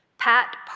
Pat